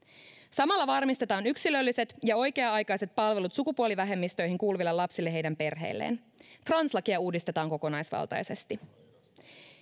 samalla varmistetaan yksilölliset ja oikea aikaiset palvelut sukupuolivähemmistöihin kuuluville lapsille ja heidän perheilleen translakia uudistetaan kokonaisvaltaisesti